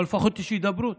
אבל לפחות יש הידברות,